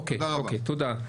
אוקיי, תודה.